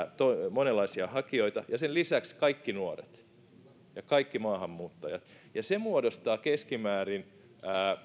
monenlaisia hakijoita ja sen lisäksi kaikki nuoret ja kaikki maahanmuuttajat ja se muodostaa keskimäärin